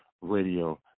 Radio